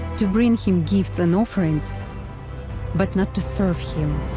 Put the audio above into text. to bring him gifts and offerings but not to serve him.